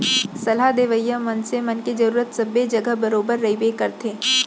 सलाह देवइया मनसे मन के जरुरत सबे जघा बरोबर रहिबे करथे